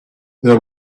there